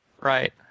Right